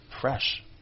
fresh